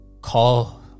call